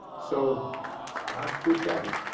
so not too shabby.